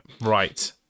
right